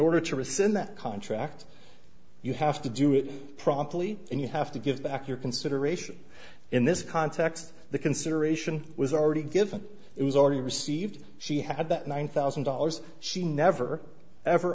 order to rescind that contract you have to do it promptly and you have to give back your consideration in this context the consideration was already given it was already received she had that one thousand dollars she never ever